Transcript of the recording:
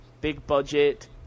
big-budget